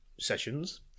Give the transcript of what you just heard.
Sessions